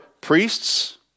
priests